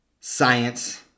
science